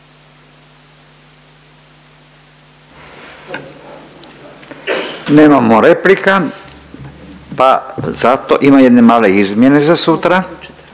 Nemamo replika, pa zato ima jedne male izmjene za sutra.